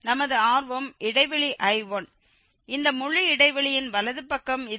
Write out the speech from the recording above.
நமது ஆர்வம் இடைவெளி I1 இந்த முழு இடைவெளியின் வலது பக்கம் இது